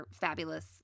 fabulous